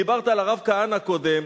דיברת על הרב כהנא קודם.